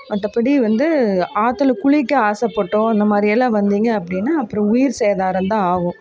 மற்றபடி வந்து ஆற்றுல குளிக்க ஆசைப்பட்டோ இந்தமாதிரி எல்லாம் வந்தீங்க அப்படின்னா அப்றம் உயிர் சேதாரந்தான் ஆகும்